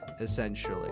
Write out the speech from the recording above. essentially